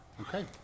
Okay